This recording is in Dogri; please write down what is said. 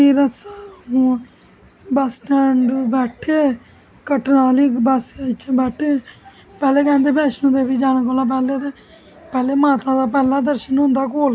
फिर अस बस स्टैड बेठे कटरा आहली बस च बेठे पहले केहंदे बेष्णो देवी जाना सारे कोला पहले ते पहले माता दा पहला दर्शन होंदा कोल कंढोली